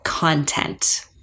Content